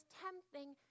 tempting